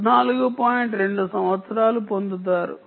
2 సంవత్సరాలు పొందుతారు